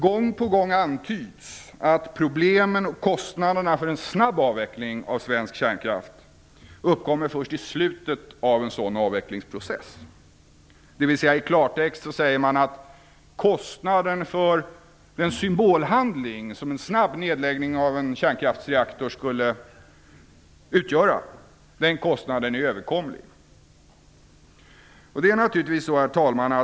Gång på gång antyds det att problemen, kostnaderna för en snabb avveckling av svensk kärnkraft uppkommer först i slutet av en sådan avvecklingsprocess. I klartext säger man alltså att kostnaden för den symbolhandling som en snabb nedläggning av en kärnkraftsrektor skulle utgöra är överkomlig.